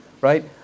right